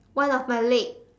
one of my leg